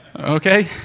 Okay